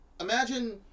Imagine